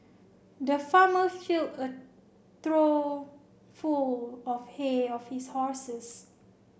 the farmer filled a trough full of hay of his horses